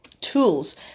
tools